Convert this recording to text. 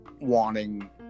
wanting